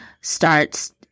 starts